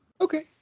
Okay